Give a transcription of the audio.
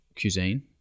cuisine